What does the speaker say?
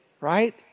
right